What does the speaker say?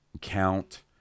count